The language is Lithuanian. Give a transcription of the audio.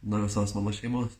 nuo visos mano šeimos